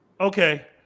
okay